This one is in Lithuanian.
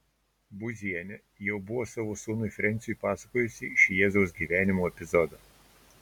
būzienė jau buvo savo sūnui frensiui pasakojusi šį jėzaus gyvenimo epizodą